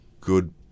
good